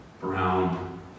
brown